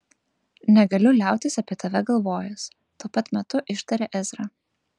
negaliu liautis apie tave galvojęs tuo pat metu ištarė ezra